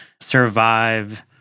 survive